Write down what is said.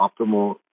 optimal